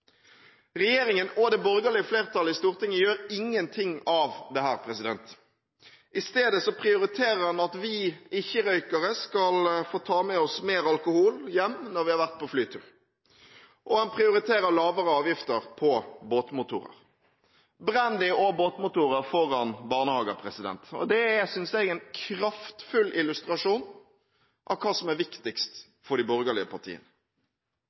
Regjeringen og det borgerlige flertallet i Stortinget gjør ingenting av dette. I stedet prioriterer man at vi ikke-røykere skal få ta med oss mer alkohol hjem når vi har vært på flytur, og man prioriterer lavere avgifter på båtmotorer – brandy og båtmotorer foran barnehager. Det er, synes jeg, en kraftfull illustrasjon av hva som er viktigst for de borgerlige partiene.